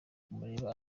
kumureba